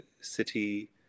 city